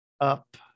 up